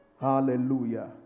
Hallelujah